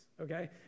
Okay